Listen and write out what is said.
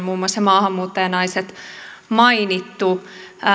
muun muassa maahanmuuttajanaiset mainittu